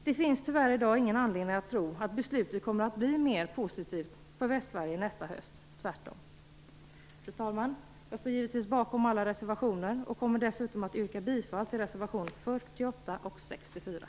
Det finns tyvärr i dag ingen anledning att tro att beslutet kommer att bli mer positivt för Västsverige nästa höst, tvärtom. Fru talman! Jag står givetvis bakom alla våra reservationer och yrkar dessutom bifall till reservationerna 48 och 64.